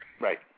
Right